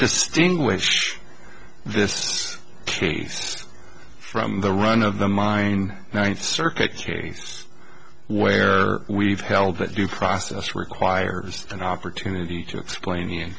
distinguish this case from the run of the mine ninth circuit case where we've held that you process requires an opportunity to explain